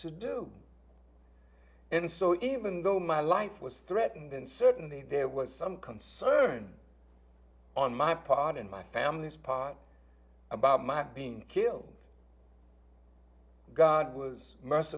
to do and so even though my life was threatened and certainly there was some concern on my part in my family's part about my being killed god was m